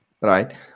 right